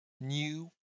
new